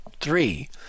three